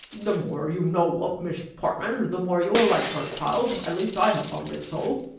the more you know of miss portman the more you will like her, child at least i have found it so,